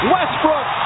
Westbrook